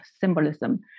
symbolism